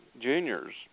juniors